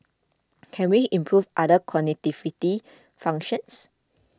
can we improve other cognitive functions